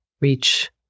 reach